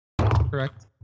Correct